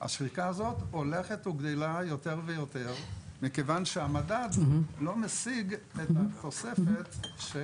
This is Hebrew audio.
השחיקה הזאת הולכת וגדלה יותר ויותר מכיוון שהמדד אינו משיג את התוספת.